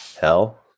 hell